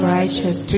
righteous